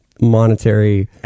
monetary